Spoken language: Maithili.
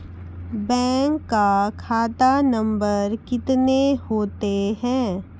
बैंक का खाता नम्बर कितने होते हैं?